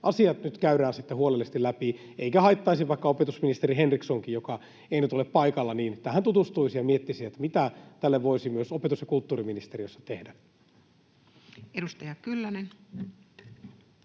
asiat nyt käydään sitten huolellisesti läpi. Eikä haittaisi, vaikka opetusministeri Henrikssonkin, joka ei nyt ole paikalla, tähän tutustuisi ja miettisi, mitä tälle voisi myös opetus- ja kulttuuriministeriössä tehdä. [Speech